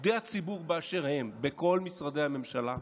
עובדי הציבור באשר הם בכל משרדי הממשלה,